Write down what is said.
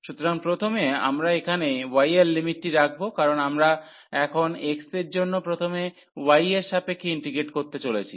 সুতরাং প্রথমে আমরা এখানে y এর লিমিটটি রাখব কারণ আমরা এখন x এর জন্য প্রথমে y এর সাপেক্ষে ইন্টিগ্রেট করতে চলেছি